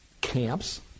camps